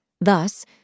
Thus